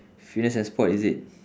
fitness and sport is it